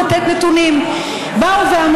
של נרשמים כאלה ואחרים.